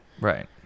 right